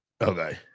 Okay